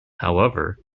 however